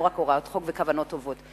לא רק הוראת חוק וכוונות טובות.